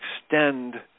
extend